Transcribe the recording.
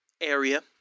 area